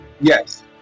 Yes